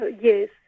Yes